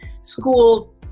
school